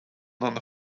none